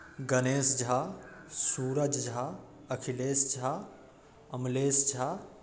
Ganesh Jha Suraj Jha Akhilesh Jha Amlesh Jha